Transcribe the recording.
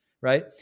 right